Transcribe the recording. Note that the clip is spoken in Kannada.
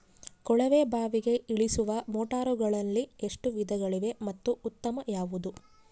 ಕೊಳವೆ ಬಾವಿಗೆ ಇಳಿಸುವ ಮೋಟಾರುಗಳಲ್ಲಿ ಎಷ್ಟು ವಿಧಗಳಿವೆ ಮತ್ತು ಉತ್ತಮ ಯಾವುದು?